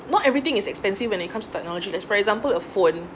not everything is expensive and it comes to technology for example a phone